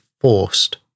forced